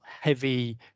heavy